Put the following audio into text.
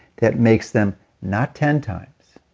that makes them not ten times,